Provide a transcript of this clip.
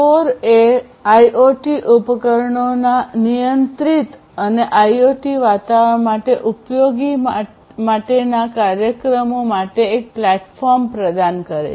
core એ IoT ઉપકરણોના નિયંત્રિત અને આઇઓટી વાતાવરણ માટે ઉપયોગી માટેના કાર્યક્રમો માટે એક પ્લેટફોર્મ પ્રદાન કરે છે